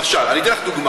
למשל, אני אתן לך דוגמה.